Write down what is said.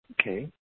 Okay